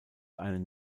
einen